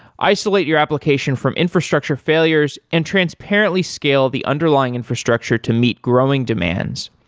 isolate your application from infrastructure failures and transparently scale the underlying infrastructure to meet growing demands,